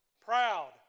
proud